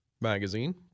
magazine